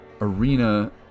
arena